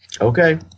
Okay